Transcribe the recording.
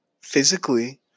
physically